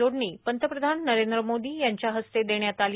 जोडणी पंतप्रधान नरेंद्र मोदी यांच्या हस्ते देण्यात आली